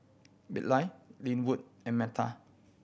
Bilal Linwood and Metta